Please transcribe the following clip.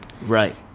right